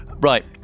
Right